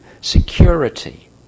Security